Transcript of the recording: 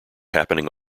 happening